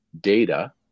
data